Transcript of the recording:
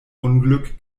unglück